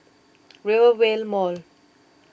Rivervale Mall